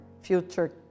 future